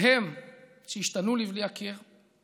הם אלה שהשתנו לבלי הכר,